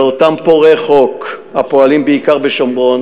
באותם פורעי חוק הפועלים בעיקר בשומרון,